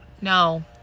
No